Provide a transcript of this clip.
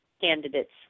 candidates